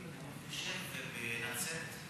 אני חושב שבנצרת.